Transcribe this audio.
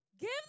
Give